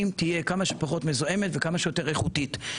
תהיה כמה שפחות מזוהמת וכמה שיותר איכותית,